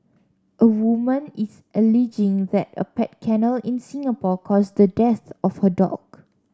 a woman is alleging that a pet kennel in Singapore caused the death of her dog